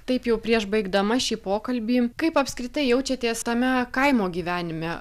taip jau prieš baigdama šį pokalbį kaip apskritai jaučiatės tame kaimo gyvenime